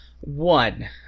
One